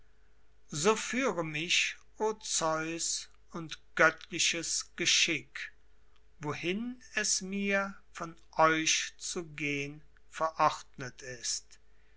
so führe mich o zeus und göttliches geschick wohin es mir von euch zu gehn verordnet ist